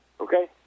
Okay